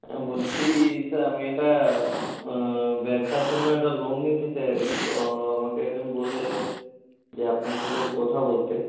আমি বলছি স্যার আমি একটা ব্যবসার জন্য একটা লোন নিতে চাই আর কি তো আমাকে একজন বললেন যে আপনার সাথে একটু কথা বলতে